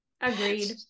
agreed